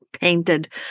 painted